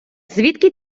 звідки